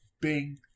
Bing